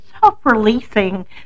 self-releasing